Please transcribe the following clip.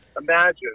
Imagine